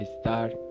start